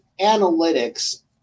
analytics